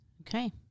Okay